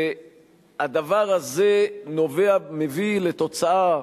והדבר הזה מביא לתוצאה,